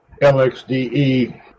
LXDE